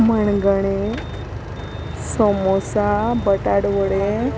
samosa बटाटवडे